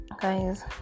Guys